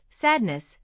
sadness